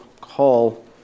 call